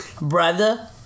Brother